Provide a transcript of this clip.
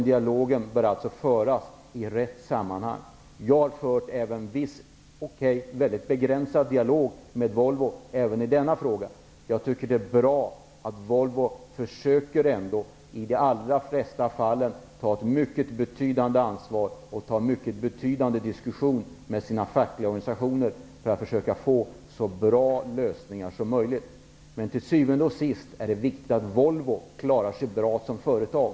Dialogen bör alltså föras i rätt sammanhang. Jag har fört en viss, begränsad dialog med Volvo även i denna fråga. Jag tycker att det är bra att Volvo i de allra flesta fall försöker ta ett mycket betydande ansvar och att man för en mycket betydande diskussion med sina fackliga organisationer för att försöka få så bra lösningar som möjligt. Men till syvende och sist är det viktigt att Volvo klarar sig bra som företag.